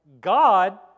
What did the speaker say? God